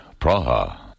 Praha